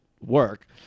work